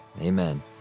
amen